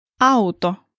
auto